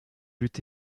lutte